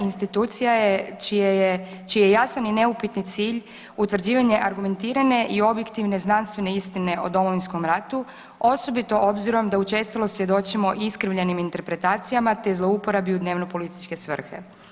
institucija je čiji je jasan i neupitni cilj utvrđivanje argumentirane i objektivne znanstvene istine o Domovinskom ratu osobito obzirom da učestalo svjedočimo iskrivljenim interpretacijama te zlouporabi u dnevnopolitičke svrhe.